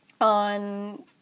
on